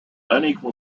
unequal